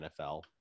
NFL